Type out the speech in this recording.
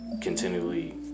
continually